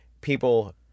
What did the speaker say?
people